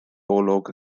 olwg